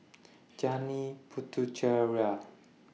Janil Puthucheary